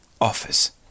offers